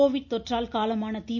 Covid கொற்றால் காலமான தி